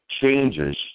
changes